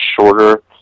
shorter